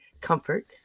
comfort